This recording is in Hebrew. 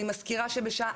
אני מזכירה שבשעה